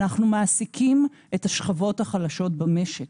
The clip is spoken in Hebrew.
אנחנו מעסיקים את השכבות החלשות במשק.